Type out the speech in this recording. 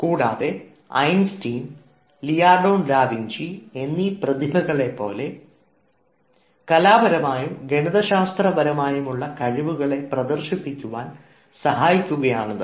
കൂടാതെ Einstein Leonardo da Vinci എന്നീ പ്രതിഭകളെ പോലെ കലാപരമായും ശാസ്ത്രപരമായുമുള്ള കഴിവുകളെ പ്രദർശിപ്പിക്കുവാൻ സഹായിക്കുന്നതാണിത്